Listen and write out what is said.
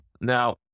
Now